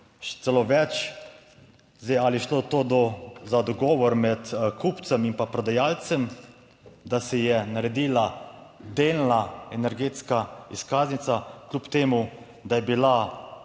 še celo več, zdaj ali je šlo to za dogovor med kupcem in prodajalcem, da se je naredila delna energetska izkaznica, kljub temu, da je bila